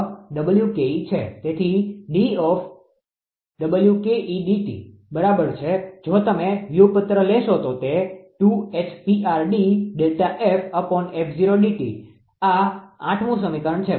તેથી બરાબર છે જો તમે વ્યુત્પન્ન લેશો તો તે આ 8 મુ સમીકરણ છે બરાબર